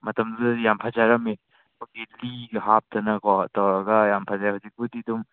ꯃꯇꯝꯗꯨꯗꯗꯤ ꯌꯥꯝ ꯐꯖꯔꯝꯃꯤ ꯍꯧꯖꯤꯛꯇꯤ ꯍꯥꯞꯇꯅꯀꯣ ꯇꯧꯔꯒ ꯌꯥꯝ ꯐꯖꯔꯦ ꯍꯧꯖꯤꯛꯄꯨꯗꯤ ꯑꯗꯨꯝ